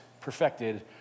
perfected